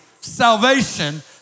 salvation